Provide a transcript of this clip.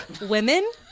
women